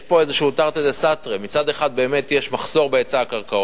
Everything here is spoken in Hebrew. יש פה איזה תרתי דסתרי: באמת יש מחסור בהיצע הקרקעות,